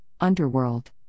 Underworld